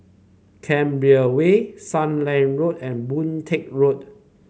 Canberra Way Sealand Road and Boon Teck Road